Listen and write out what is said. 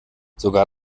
sogar